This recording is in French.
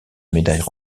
médailles